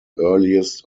earliest